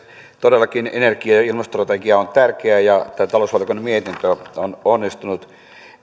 todellakin energia ja ilmastostrategia on tärkeä ja tämä talousvaliokunnan mietintö on onnistunut